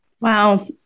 wow